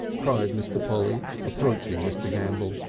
cried mr. polly, approaching mr. gambell.